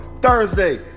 Thursday